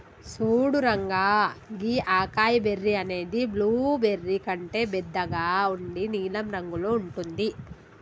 సూడు రంగా గీ acai berry అనేది బ్లూబెర్రీ కంటే బెద్దగా ఉండి నీలం రంగులో ఉంటుంది